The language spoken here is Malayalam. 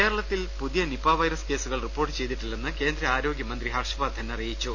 കേരളത്തിൽ പുതിയ നിപ വൈറസ് കേസുകൾ റിപ്പോർട്ട് ചെയ്തിട്ടില്ലെന്ന് കേന്ദ്ര ആരോഗ്യമന്ത്രി ഹർഷ വർദ്ധൻ അറി യിച്ചു